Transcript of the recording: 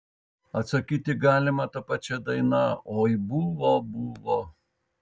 atsakyti galima ta pačia daina oi buvo buvo